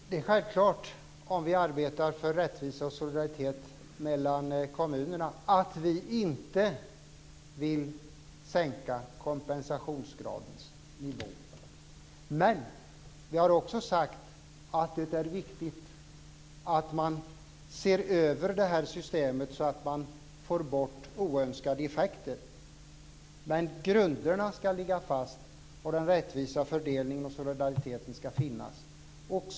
Fru talman! Det är självklart, om vi arbetar för rättvisa och solidaritet mellan kommunerna, att vi inte vill sänka kompensationsgradens nivå. Men vi har också sagt att det är viktigt att man ser över detta system så att man får bort oönskade effekter. Men grunderna ska ligga fast, och den rättvisa fördelningen och solidariteten ska finnas.